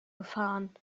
gefahren